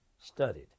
studied